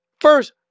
first